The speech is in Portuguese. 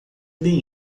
bem